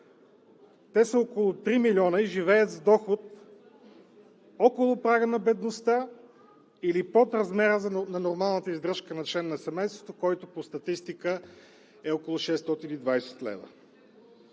те са около 3 милиона, живеят с доход около прага на бедността или под размера на нормалната издръжка на член на семейството, който по статистика е около 620 лв.